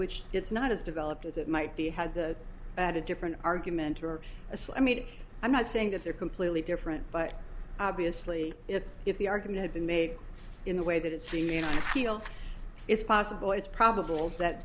which it's not as developed as it might be had the had a different argument or a so i mean i'm not saying that they're completely different but obviously if the argument had been made in the way that it's going in i feel it's possible it's probable that